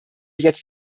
jetzt